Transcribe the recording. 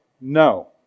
no